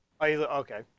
Okay